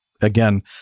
Again